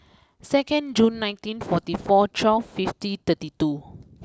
second June nineteen forty four twelve fifty thirty two